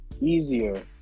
Easier